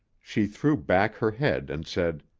she threw back her head and said,